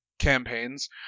campaigns